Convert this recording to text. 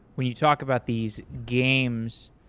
when you talk about these games,